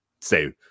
say